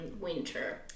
winter